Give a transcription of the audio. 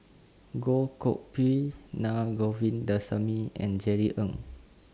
Goh Koh Pui Naa Govindasamy and Jerry Ng